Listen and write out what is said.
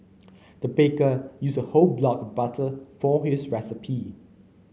the baker used a whole block butter for this recipe